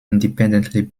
independently